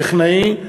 טכנאי,